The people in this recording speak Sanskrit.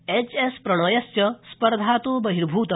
एच एस प्रणयश्च स्पर्धातो बहिभूत